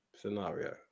scenario